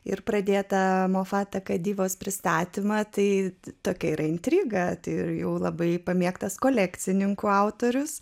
ir pradėtą pristatymą tokia yra intriga ir jau labai pamėgtas kolekcininkų autorius